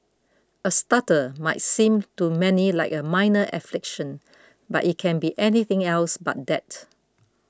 a stutter might seem to many like a minor affliction but it can be anything else but that